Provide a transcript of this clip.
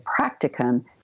practicum